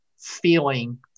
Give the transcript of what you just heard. feeling